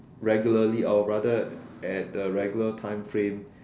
regularly I will rather at the regular time frame